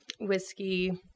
whiskey